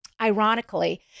Ironically